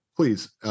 Please